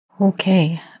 Okay